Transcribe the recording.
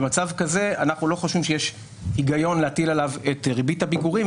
במצב כזה אנחנו לא חושבים שיש היגיון להטיל עליו את ריבית הפיגורים,